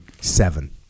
seven